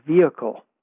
vehicle